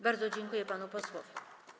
Bardzo dziękuję panu posłowi.